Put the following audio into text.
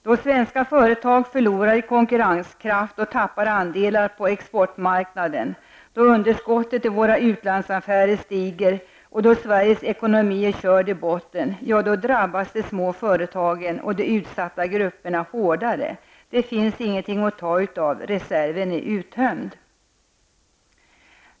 Då svenska företag förlorar konkurrenskraft och tappar andelar på exportmarknaden, då underskottet i våra utlandsaffärer stiger, och då Sveriges ekonomi är körd i botten, drabbas de små företagen och de utsatta grupperna hårdare. Det finns ingenting att ta av, reserverna är uttömda.